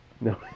No